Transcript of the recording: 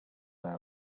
thy